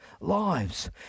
lives